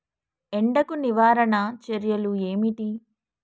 ఎండకు నివారణ చర్యలు ఏమిటి?